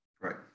Right